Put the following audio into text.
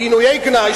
כינויי גנאי,